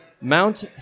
Mount